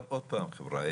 אבל עוד פעם חבריה,